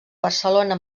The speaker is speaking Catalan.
barcelona